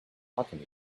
talking